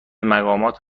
مقامات